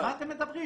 על מה אתם מדברים?